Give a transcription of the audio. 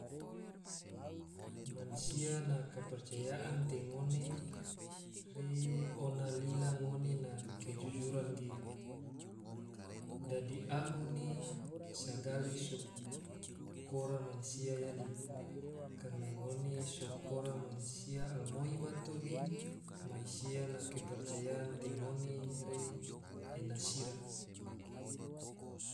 Mansia na kepercayaan te ngone, ge ona lila ngone na kejujuran ge, dadi ahu ne sagali so kora mansia yali, karna ngone so kora mansia alamoi bato ge, mansia na kepercayaan te ngone re ena sira